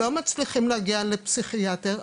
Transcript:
לא מצליחים להגיע לפסיכיאטר,